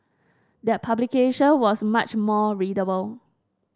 that publication was much more readable